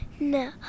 No